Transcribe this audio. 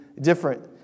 different